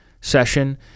session